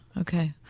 Okay